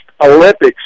Olympics